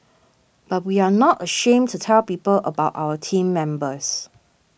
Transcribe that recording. but we are not ashamed to tell people about our team members